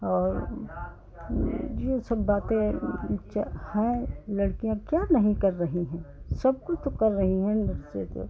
और यह सब बातें हैं लड़कियाँ क्या नहीं कर रही हैं सब कुछ तो कर रही हैं वैसे तो